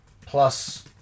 Plus